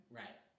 right